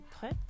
put